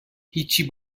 هیچی